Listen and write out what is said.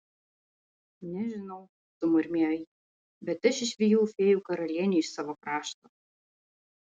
nežinau sumurmėjo ji bet aš išvijau fėjų karalienę iš savo krašto